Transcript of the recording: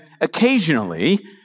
occasionally